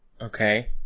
Okay